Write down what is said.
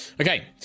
okay